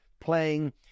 playing